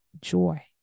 joy